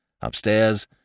Upstairs